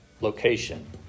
location